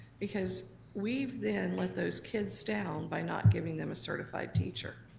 because we've then let those kids down by not giving them a certified teacher.